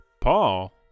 Paul